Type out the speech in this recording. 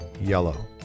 yellow